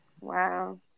Wow